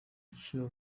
kiba